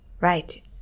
Right